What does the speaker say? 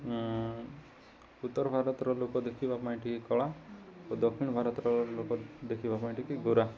ଉତ୍ତର ଭାରତର ଲୋକ ଦେଖିବା ପାଇଁ ଟିକେ କଳା ଓ ଦକ୍ଷିଣ ଭାରତର ଲୋକ ଦେଖିବା ପାଇଁ ଟିକେ ଗୋରା